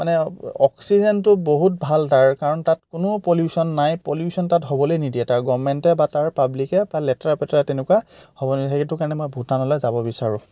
মানে অক্সিজেনটো বহুত ভাল তাৰ কাৰণ তাত কোনো পলিউচন নাই পলিউচন তাত হ'বলেই নিদিয়ে তাৰ গৰ্ভমেণ্টে বা তাৰ পাব্লিকে বা লেতেৰা পেতেৰা তেনেকুৱা হ'ব নিদিয়ে সেইটো কাৰণে মই ভূটানলৈ যাব বিচাৰোঁ